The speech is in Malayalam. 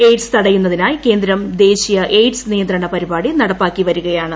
എയിഡ്സ് തടയുന്നതിനായി കേന്ദ്രം ദേശീയ എയിഡ്സ് നിയന്ത്രണ പരിപാടി നടപ്പാക്കി വരികയാണ്